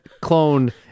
clone